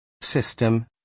System